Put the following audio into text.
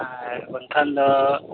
ᱟᱨ ᱵᱟᱝᱠᱷᱟᱱ ᱫᱚ